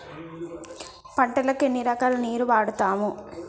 పంటలకు ఎన్ని రకాల నీరు వాడుతం?